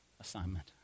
assignment